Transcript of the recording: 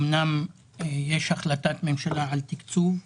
אומנם יש החלטת ממשלה על תקצוב,